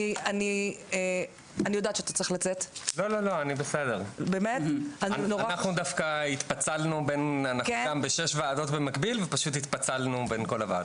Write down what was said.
אני רוצה לדבר ככה באמת קצרה ובתמציתיות על כמה נקודות.